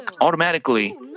automatically